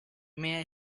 may